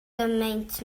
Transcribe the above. gymaint